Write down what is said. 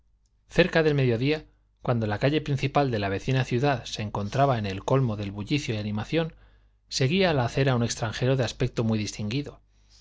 cerca del mediodía cuando la calle principal de la vecina ciudad se encontraba en el colmo del bullicio y animación seguía la acera un extranjero de aspecto muy distinguido